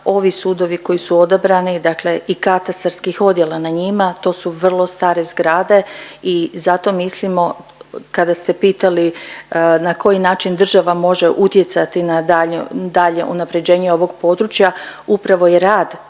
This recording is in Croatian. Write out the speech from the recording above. Ovi sudovi koji su odabrani, dakle i katastarskih odjela na njima to su vrlo stare zgrade i zato mislimo kada ste pitali na koji način država može utjecati na dalje unapređenje ovog područja upravo je rad